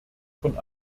von